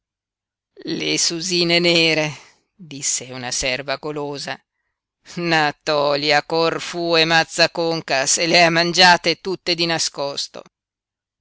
le susine nere disse una serva golosa natòlia corfu e mazza a conca se le ha mangiate tutte di nascosto